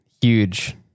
huge